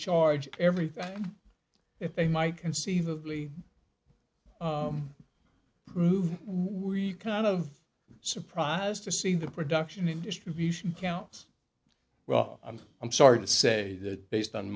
charge everything if they might conceivably move we kind of surprised to see the production in distribution counts well i'm sorry to say that based on